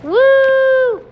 Woo